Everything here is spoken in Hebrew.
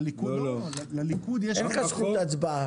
אין לך זכות הצבעה.